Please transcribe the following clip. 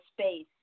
space